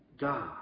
God